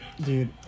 Dude